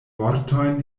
vortojn